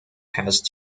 had